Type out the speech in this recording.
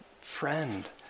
friend